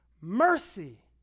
mercy